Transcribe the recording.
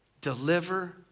deliver